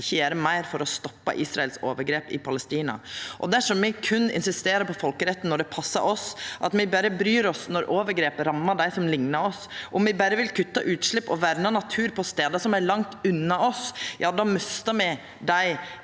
ikkje gjer meir for å stoppa Israels overgrep i Palestina. Dersom me berre insisterer på folkeretten når det passar oss, om me berre bryr oss når overgrep rammar dei som liknar oss, om me berre vil kutta utslepp og verna natur på stader som er langt unna oss, då mistar me